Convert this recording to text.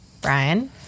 Brian